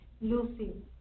Lucy